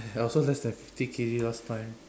I also less than fifty K_G last time